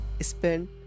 spend